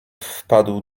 wpadł